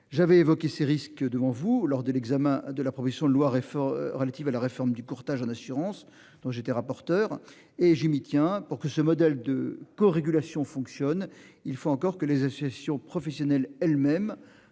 J'avais évoqué ces risques devant vous. Lors de l'examen de la proposition de loi réforme relative à la réforme du courtage en assurance dont j'étais rapporteur et Jimmy tiens pour que ce modèle de co-régulation fonctionne il faut encore que les associations professionnelles elles-mêmes